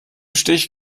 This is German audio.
stich